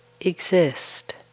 exist